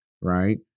right